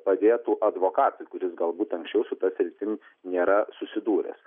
padėtų advokatui kuris galbūt anksčiau su ta sritim nėra susidūręs